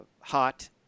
hot